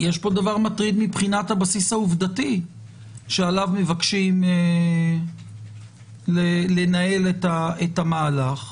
יש פה דבר מטריד מבחינת הבסיס העובדתי שעליו מבקשים לנהל את המהלך,